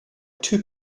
two